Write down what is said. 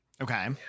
Okay